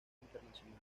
internacional